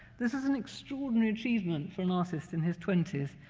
this is an extraordinary achievement for an artist in his twenty s,